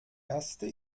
erste